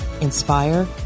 inspire